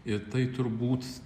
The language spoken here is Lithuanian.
ir tai turbūt